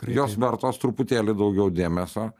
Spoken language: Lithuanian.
jos vertos truputėlį daugiau dėmesio